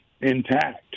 intact